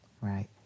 right